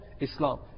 Islam